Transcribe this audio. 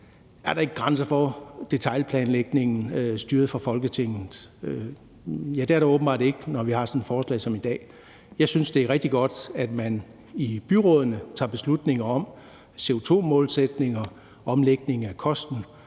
Er der ikke grænser for detailplanlægningen styret fra Folketinget? Ja, det er der åbenbart ikke, når vi har sådan et forslag som i dag. Jeg synes, det er rigtig godt, at man i byrådene tager beslutninger om CO2-målsætninger, omlægning af kosten